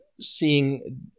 seeing